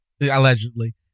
allegedly